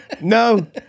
no